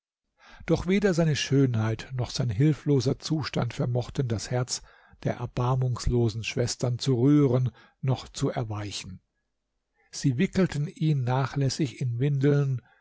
doch weder seine schönheit noch sein hilfloser zustand vermochten das herz der erbarmungslosen schwestern zu rühren noch zu erweichen sie wickelten ihn nachlässig in windeln